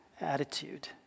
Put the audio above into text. attitude